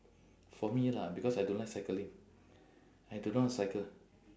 for me lah because I don't like cycling I do not cycle